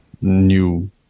new